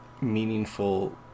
meaningful